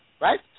right